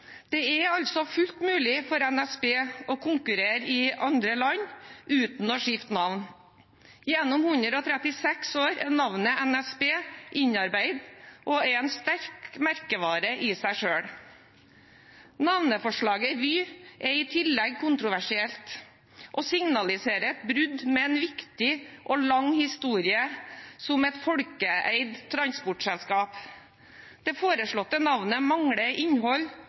Det er altså fullt mulig for NSB å konkurrere i andre land uten å skifte navn. Gjennom 136 år er navnet NSB innarbeidet og er en sterk merkevare i seg selv. Navneforslaget Vy er i tillegg kontroversielt og signaliserer et brudd med en viktig og lang historie som et folkeeid transportselskap. Det foreslåtte navnet mangler innhold